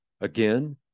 Again